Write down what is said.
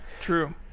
true